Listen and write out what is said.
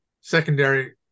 secondary